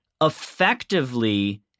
effectively